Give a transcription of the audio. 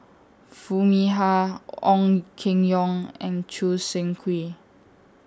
Foo Mee Har Ong Keng Yong and Choo Seng Quee